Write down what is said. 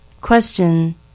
Question